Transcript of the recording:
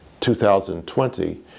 2020